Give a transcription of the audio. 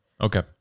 Okay